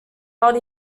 not